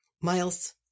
Miles